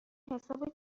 حساب